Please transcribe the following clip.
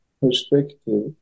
perspective